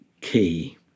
key